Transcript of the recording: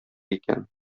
икән